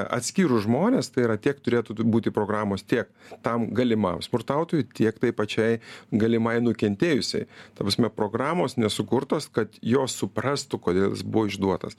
atskyrus žmones tai yra tiek turėtų būti programos tiek tam galimam smurtautojui tiek tai pačiai galimai nukentėjusiai ta prasme programos nesukurtos kad jos suprastų kodėl jis buvo išduotas